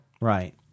right